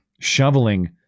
shoveling